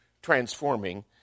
transforming